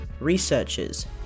researchers